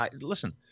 listen